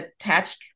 attached